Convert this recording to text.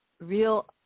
real